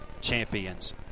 champions